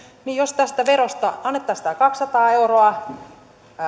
jos tästä verosta annettaisiin tämä kaksisataa euroa